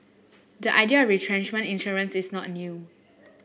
the idea retrenchment insurance is not new